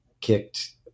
kicked